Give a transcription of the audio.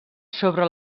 sobre